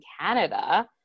Canada